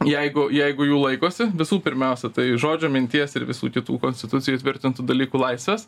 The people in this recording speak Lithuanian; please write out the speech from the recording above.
jeigu jeigu jų laikosi visų pirmiausia tai žodžio minties ir visų kitų konstitucijoj įtvirtintų dalykų laisvės